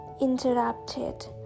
interrupted